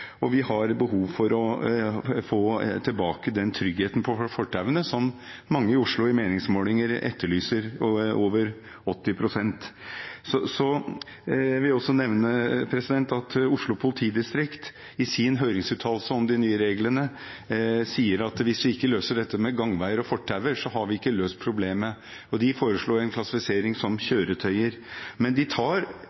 i meningsmålingene, etterlyser. Jeg vil også nevne at Oslo politidistrikt i sin høringsuttalelse om de nye reglene sier at hvis vi ikke løser dette med gangveier og fortauer, har vi ikke løst problemet. De foreslo klassifisering av elsparkesykler som